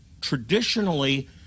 traditionally